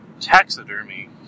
taxidermy